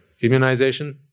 immunization